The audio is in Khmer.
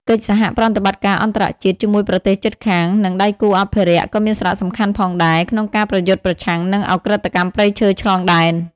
កិច្ចសហប្រតិបត្តិការអន្តរជាតិ ជាមួយប្រទេសជិតខាង និងដៃគូអភិរក្សក៏មានសារៈសំខាន់ផងដែរ ក្នុងការប្រយុទ្ធប្រឆាំងនឹងឧក្រិដ្ឋកម្មព្រៃឈើឆ្លងដែន។